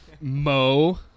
Mo